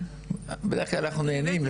בדרך כלל אנחנו נהנים,